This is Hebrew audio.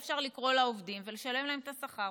אפשר לקרוא לעובדים ולשלם להם את השכר,